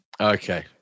Okay